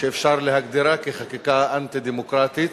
שאפשר להגדירה כחקיקה אנטי-דמוקרטית,